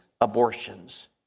abortions